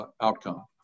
outcome